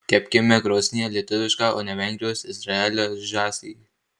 kepkime krosnyje lietuvišką o ne vengrijos izraelio žąsį